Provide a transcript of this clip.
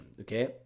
okay